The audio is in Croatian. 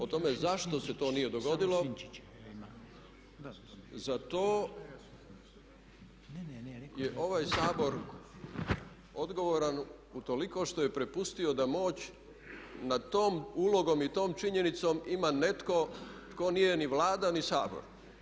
O tome zašto se to nije dogodilo za to je ovaj Sabor odgovoran utoliko što je prepustio da moć nad tom ulogom i tom činjenicom ima netko tko nije ni Vlada ni Sabor.